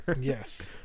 Yes